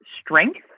strength